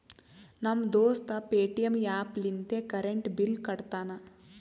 ನಮ್ ದೋಸ್ತ Paytm app ಲಿಂತೆ ಕರೆಂಟ್ ಬಿಲ್ ಕಟ್ಟತಾನ್